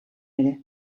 ere